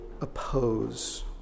oppose